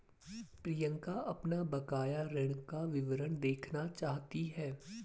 प्रियंका अपना बकाया ऋण का विवरण देखना चाहती है